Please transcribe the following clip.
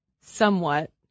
somewhat